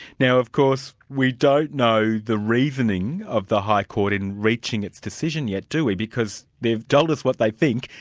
now of course we don't know the reasoning of the high court in reaching its decision yet, do we, because they've told us what they think,